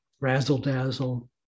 razzle-dazzle